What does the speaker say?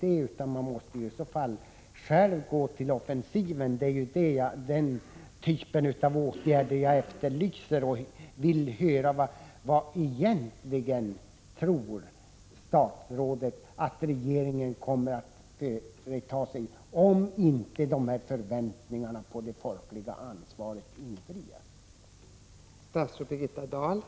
Man måste naturligtvis vara beredd att i så fall själv gå till offensiv. Det är den typen av åtgärder jag efterlyser. Jag vill höra vad statsrådet egentligen tror att regeringen kommer att företa sig om dessa förväntningar på det folkliga ansvaret inte infrias.